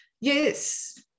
Yes